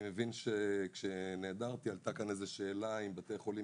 אני מבין שכאשר נעדרתי עלתה כאן איזה שאלה אם בתי חולים